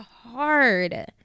hard